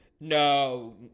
No